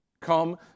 come